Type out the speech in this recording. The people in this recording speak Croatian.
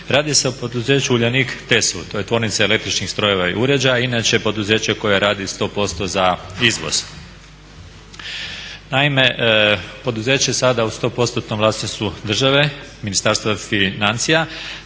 Radi se o poduzeću Uljanik TESU, to je Tvornica električnih strojeva i uređaja inače poduzeće koje radi 100% za izvoz. Naime, poduzeće je sada u 100%-om vlasništvu države, Ministarstva financija,